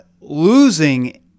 losing